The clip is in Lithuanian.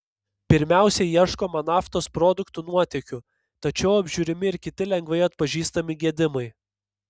pirmiausia ieškoma naftos produktų nuotėkių tačiau apžiūrimi ir kiti lengvai atpažįstami gedimai